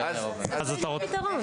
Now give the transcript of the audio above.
אולי זה הפתרון?